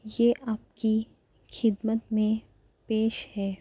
یہ آپ کی خدمت میں پیش ہے